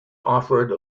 offered